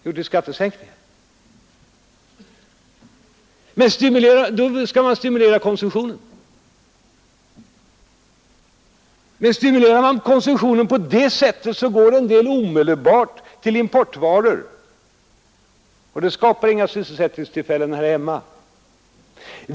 Jo, till skattesänkningar! Därmed vill man stimulera konsumtionen. Men stimulerar man konsumtionen på det sättet går en del omedelbart till importvaror, och det skapar inga sysselsättningstillfällen här hemma.